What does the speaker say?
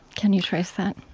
can you trace that?